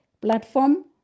platform